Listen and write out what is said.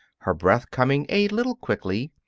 her breath coming a little quickly,